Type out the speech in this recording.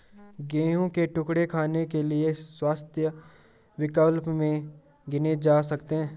गेहूं के टुकड़े खाने के लिए स्वस्थ विकल्प में गिने जा सकते हैं